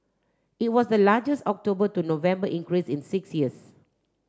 it was the largest October to November increase in six years